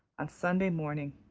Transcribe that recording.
on sunday morning.